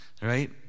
Right